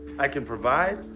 i can provide.